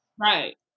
Right